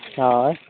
ᱦᱳᱭ